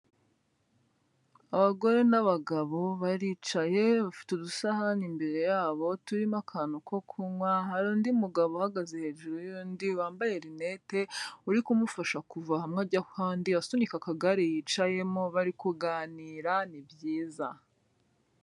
Abagore n'abagabo baricaye bafite udusahani imbere yabo turimo akantu ko kunywa, hari undi mugabo uhagaze hejuru y'undi wambaye rinete uri kumufasha kuva hamwe ajya ahandi asunika akagare yicayemo, bari kuganira ni byiza.